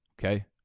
Okay